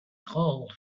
called